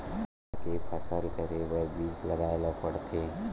का के फसल करे बर बीज लगाए ला पड़थे?